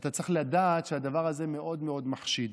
אתה צריך לדעת שהדבר הזה מאוד מאוד מחשיד.